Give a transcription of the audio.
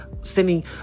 sending